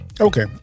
Okay